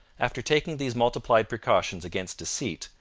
after taking these multiplied precautions against deceit,